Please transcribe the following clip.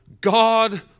God